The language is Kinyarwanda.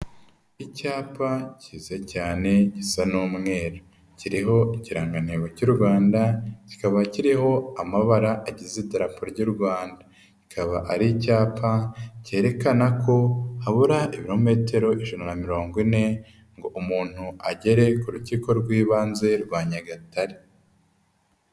Icyapa kiza cyane gisa n'umweru. Kiriho ikirangantego cy'u Rwanda, kikaba kiriho amabara agize idarapo ry'u Rwanda. Kikaba ari icyapa kerekana ko habura ibirometero ijana na mirongo ine ngo umuntu agere ku rukiko rw'ibanze rwa Nyagatare.